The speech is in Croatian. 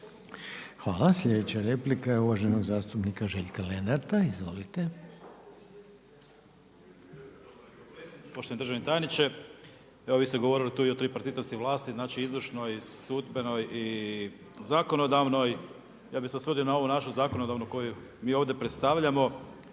Hvala. Slijedeća replika je uvaženog zastupnika Željka Lenarta. Izvolite.